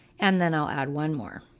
and then i'll add one more.